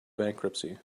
bankruptcy